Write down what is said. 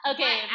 Okay